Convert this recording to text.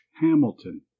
Hamilton